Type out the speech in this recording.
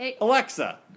Alexa